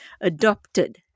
adopted